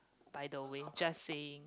by the way just saying